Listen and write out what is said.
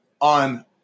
on